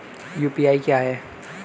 UPI क्या है?